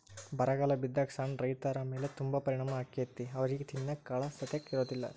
ಬರಗಾಲ ಬಿದ್ದಾಗ ಸಣ್ಣ ರೈತರಮೇಲೆ ತುಂಬಾ ಪರಿಣಾಮ ಅಕೈತಿ ಅವ್ರಿಗೆ ತಿನ್ನಾಕ ಕಾಳಸತೆಕ ಇರುದಿಲ್ಲಾ